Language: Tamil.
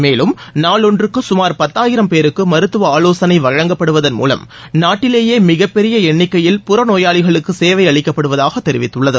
மேலும் நாளொன்றுக்கு சுமார் பத்தாயிரம் பேருக்கு மருத்துவ ஆவோசனை வழங்கப்படுவதன் மூலம் நாட்டிலேயே மிகப்பெரிய எண்ணிக்கையில் புறநோயாளிகளுக்கு சேவை அளிக்கப்படுவதாக தெரிவித்துள்ளது